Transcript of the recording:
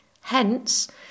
Hence